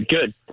Good